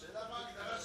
השאלה מה ההגדרה של,